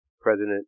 president